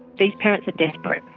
these parents are desperate.